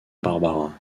barbara